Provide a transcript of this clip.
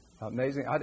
amazing